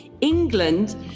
england